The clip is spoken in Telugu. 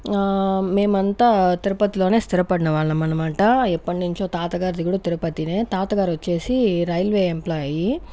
మేమంతా తిరుపతిలోనే స్థిరపడిన వాళ్ళం అనమాట ఎప్పటి నుంచో తాత గారిది కూడా తిరుపతినే తాతగారు వచ్చేసి రైల్వే ఎంప్లాయి